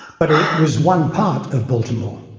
but it was one part of baltimore,